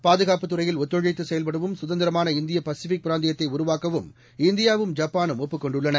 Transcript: பாதுகாப்புத் துறையில் ஒத்துழைத்து செயல்படவும் சுதந்திரமான இந்திய பசிபிக் பிராந்தியத்தை உருவாக்கவும் இந்தியாவும் ஜப்பானும் உறுதிபூண்டுள்ளன